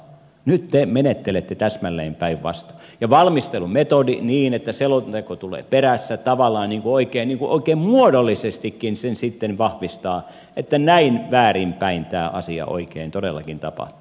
nyt te menettelette täsmälleen päinvastoin ja valmistelumetodi niin että selonteko tulee perässä tavallaan niin kuin oikein muodollisestikin sen sitten vahvistaa että näin väärin päin tämä asia oikein todellakin tapahtuu